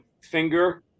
finger